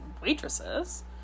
waitresses